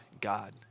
God